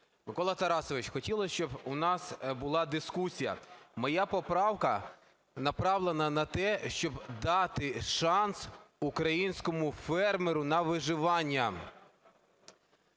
Микола Тарасович, хотілося, щоб у нас була дискусія. Моя поправка направлена на те, щоб дати шанс українському фермеру на виживання.